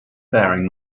faring